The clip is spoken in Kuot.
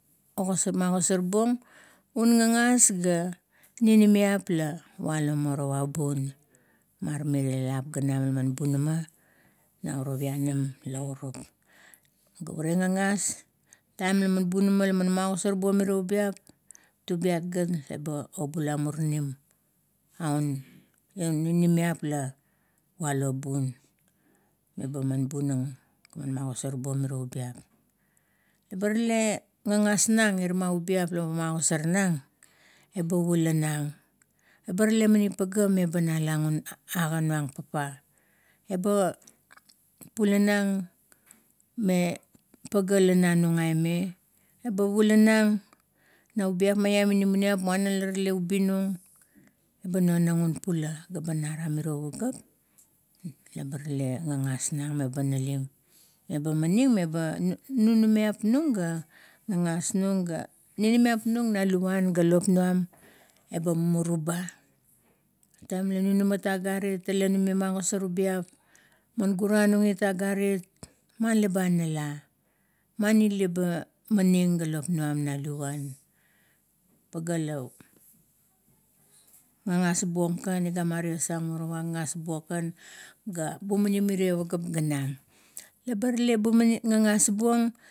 Magosarbuong ungagas ga ninimiap la walo morowa bun marmire lap ganam laman bunama nau uro pianam laurup. Ga ure gagas, taim laman bunama gaman magosar buong mire ubiap, tubiat gat laba obula murinim un, ninimiap la walo bun. Meba bunang ga magosar buong miro ubiap. Eba tale gagas nang irama ubiap la magosarnung, eba pala knang eba rale maning pagea laba nalang un aga nuang pepa. Eba pulanang naubiap maiam inamanip muana la tale ubinung, ba nonang un pula, ga banaram miro pageap, eba tale gagas nung laba naling. Eba maning me nunumiap nung, ga gagas nung ga nunamap nung na luvuan ga lop nuam eba mumuru ba. Taim la nunamat agarit tale nume magosar ubiap, man guranung it agarit mani laba anala, mani laba maning ga lop nuam na luvuan. Pagea la gagas buong kan, igama ties ang morowa, gagas buong kan ga bumaning mirier pageap ganam. Leba rale gagas buong.